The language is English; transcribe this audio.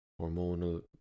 hormonal